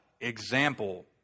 Example